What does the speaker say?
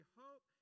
hope